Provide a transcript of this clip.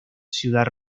ciudad